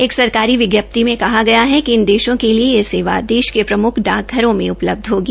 एक सरकारी विज्ञप्ति में कहा गया है कि इन देशों के लिए ये सेवा देश के प्रम्ख डाकघरों में उपलब्ध होगी